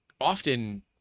often